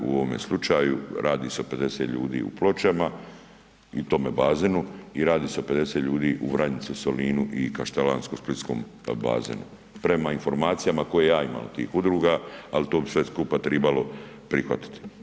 U ovome slučaju radi se o 50 ljudi u Pločama i tome bazenu i radi se o 50 ljudi u Vranjicu u Solinu i kaštelansko-splitskom bazenu, prema informacijama koje ja imam od tih udruga, ali to bi sve skupa tribalo prihvatiti.